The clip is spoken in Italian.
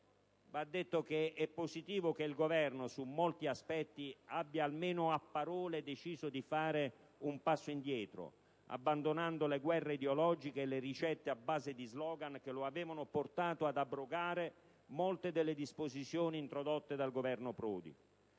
Va detto che è positivo che il Governo su molti aspetti abbia deciso, almeno a parole, di fare un passo indietro, abbandonando le guerre ideologiche e le ricette a base di slogan che lo avevano portato ad abrogare molte delle disposizioni introdotte dal Governo Prodi.